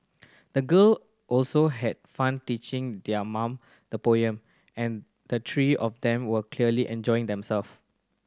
the girl also had fun teaching their mum the poem and the three of them were clearly enjoying themself